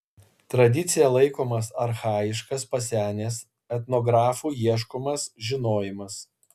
tradicija laikomas archajiškas pasenęs etnografų ieškomas žinojimas